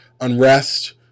unrest